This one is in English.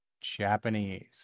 Japanese